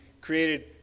created